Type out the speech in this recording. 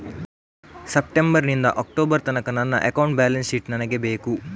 September ನಿಂದ October ತನಕ ನನ್ನ ಅಕೌಂಟ್ ಬ್ಯಾಲೆನ್ಸ್ ಶೀಟ್ ನನಗೆ ಬೇಕು